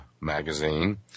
Magazine